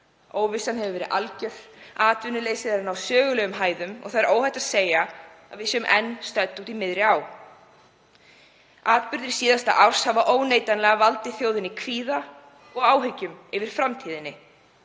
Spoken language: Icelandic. Óvissan hefur verið alger. Atvinnuleysið er í sögulegum hæðum og er óhætt að segja að við séum enn stödd úti í miðri á. Atburðir síðasta árs hafa óneitanlega valdið þjóðinni kvíða og áhyggjum yfir framtíðinni.